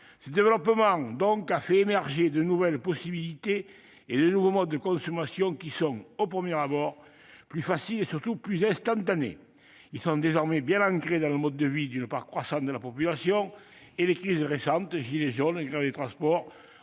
Ce développement a fait émerger de nouvelles possibilités et de nouveaux modes de consommation qui sont, au premier abord, plus faciles et surtout plus instantanés. Ils sont désormais bien ancrés dans le mode de vie d'une part croissante de la population, et les crises récentes- gilets jaunes, grève des transports